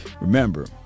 Remember